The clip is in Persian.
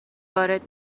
وارد